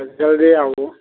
तऽ जल्दी आबू